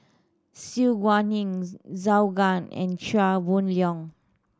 Su Guaning Zhou Can and Chia Boon Leong